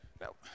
Now